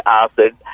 acid